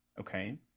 okay